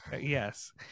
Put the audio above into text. Yes